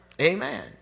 Amen